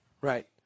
Right